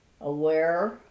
aware